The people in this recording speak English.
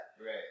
Right